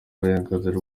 uburenganzira